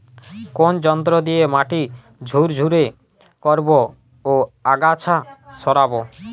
কোন যন্ত্র দিয়ে মাটি ঝুরঝুরে করব ও আগাছা সরাবো?